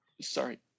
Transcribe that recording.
sorry